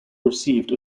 received